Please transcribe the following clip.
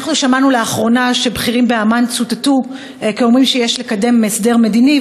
שמענו לאחרונה שבכירים באמ"ן צוטטו כאומרים שיש לקדם הסדר מדיני,